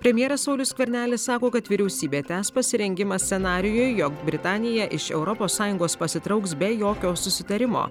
premjeras saulius skvernelis sako kad vyriausybė tęs pasirengimą scenarijui jog britanija iš europos sąjungos pasitrauks be jokio susitarimo